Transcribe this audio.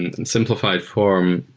in simplifi ed form,